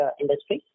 industry